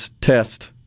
test